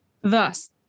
Thus